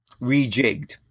rejigged